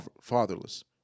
fatherless